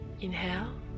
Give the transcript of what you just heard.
Inhale